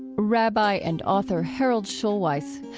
rabbi and author harold schulweis.